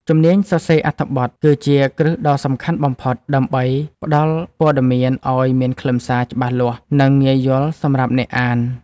ជំនាញសរសេរអត្ថបទគឺជាគ្រឹះដ៏សំខាន់បំផុត ដើម្បីផ្ដល់ព័ត៌មានឱ្យមានខ្លឹមសារច្បាស់លាស់ និងងាយយល់សម្រាប់អ្នកអាន។